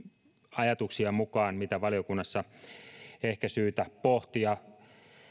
ajatuksia mitä valiokunnassa on ehkä syytä pohtia